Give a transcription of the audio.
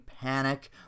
panic